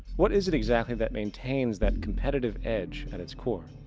what is it exactly that maintains that competitive edge at it's core?